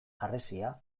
harresia